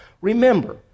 Remember